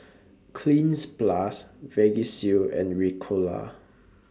Cleanz Plus Vagisil and Ricola